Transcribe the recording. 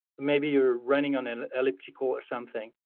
maybe you're running on an elliptical or something.